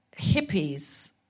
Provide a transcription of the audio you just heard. hippies